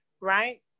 right